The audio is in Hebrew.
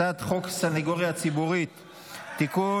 הצעת חוק הסנגוריה הציבורית (תיקון,